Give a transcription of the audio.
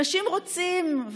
אנשים רוצים,